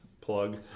plug